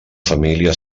família